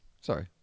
Sorry